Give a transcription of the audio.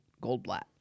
Goldblatt